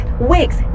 weeks